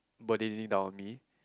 burdening down on me